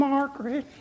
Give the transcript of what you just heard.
Margaret